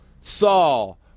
Saul